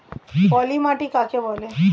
পলি মাটি কাকে বলে?